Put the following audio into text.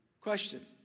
Question